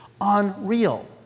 unreal